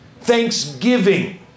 Thanksgiving